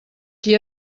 qui